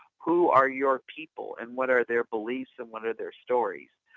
who are your people and what are their beliefs and what are their stories?